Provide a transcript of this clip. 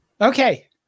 Okay